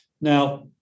Now